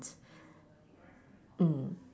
mm